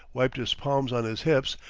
wiped his palms on his hips,